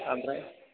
ओमफ्राय